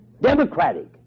democratic